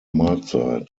mahlzeit